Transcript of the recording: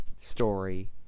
story